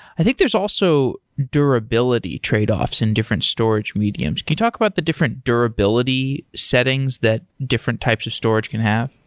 i think there's also durability tradeoffs in different storage mediums. can you talk about the different durability settings that different types of storage can have?